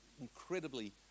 incredibly